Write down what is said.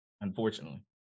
Unfortunately